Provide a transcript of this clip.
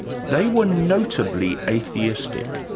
they were notably atheistic.